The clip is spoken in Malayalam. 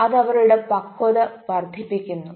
അത് അവരുടെ പക്വത വർധിപ്പിക്കുന്നു